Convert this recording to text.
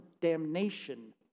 damnation